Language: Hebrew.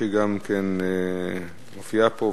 שגם כן מופיעה פה,